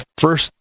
first